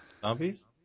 zombies